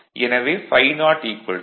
எனவே ∅0 ∅1